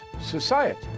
society